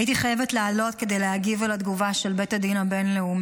הייתי חייבת לעלות כדי להגיב על התגובה של בית הדין הבין-לאומי.